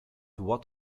what